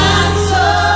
answer